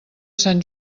sant